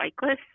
cyclists